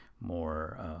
more